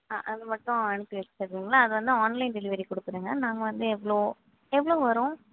ஆ அது மட்டும் அனுப்பி வச்சுட்றீங்களா அது வந்து ஆன்லைன் டெலிவெரி கொடுத்துடுங்க நாங்கள் வந்து எவ்வளோ எவ்வளோ வரும்